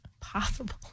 possible